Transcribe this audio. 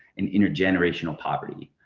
and intergenerational poverty.